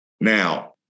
Now